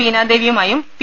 ബീനാദേവിയുമായും P